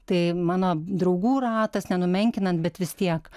tai mano draugų ratas nenumenkinant bet vis tiek